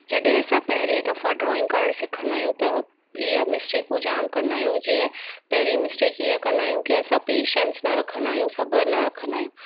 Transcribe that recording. जॾहिं असां पहिरीं दफ़ा ड्रॉइंग करण सिखंदा आहियूं त ईअं मिस्टेकू जाम कंदा आहियूं जीअं पहिरीं मिस्टेक ईअं कंदा आहियूं की असां पेशंस न रखंदा आहियूं सबरु न रखंदा आहियूं